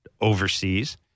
overseas